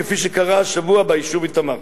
כפי שקרה השבוע ביישוב איתמר.